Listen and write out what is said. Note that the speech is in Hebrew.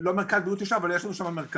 לא מרכז בריאות האישה אבל יש לנו שם מרכז.